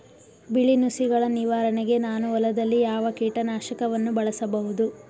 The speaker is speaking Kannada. ಬಿಳಿ ನುಸಿಗಳ ನಿವಾರಣೆಗೆ ನಾನು ಹೊಲದಲ್ಲಿ ಯಾವ ಕೀಟ ನಾಶಕವನ್ನು ಬಳಸಬಹುದು?